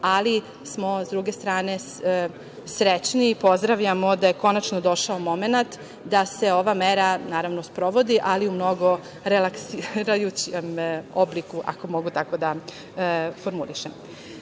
ali smo sa druge strane srećniji i pozdravljamo da je konačno došao momenat da se ova mera, naravno, sprovodi, ali u mnogo relaksirajućem obliku, ako mogu tako da formulišem. Dakle,